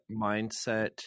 mindset